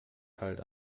kalt